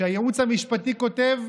והייעוץ המשפטי כותב: